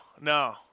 no